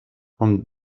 from